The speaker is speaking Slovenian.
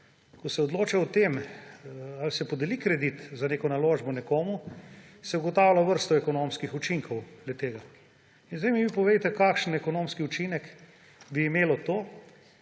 Ko se odloča o tem, ali se podeli kredit za neko naložbo nekomu, se ugotavlja vrsto ekonomskih učinkov le-tega. In zdaj mi vi povejte, kakšen ekonomski učinek bi imelo to,